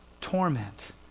torment